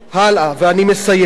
הלאה, ואני מסיים.